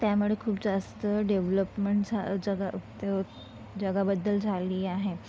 त्यामुळे खूप जास्त डेव्हलपमेंट झा जगा जगाबद्दल झाली आहे